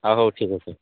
ହଁ ହଉ ଠିକଅଛି